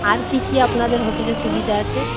আর কী কী আপনাদের হোটেলে সুবিধা আছে